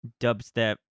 dubstep